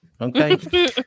Okay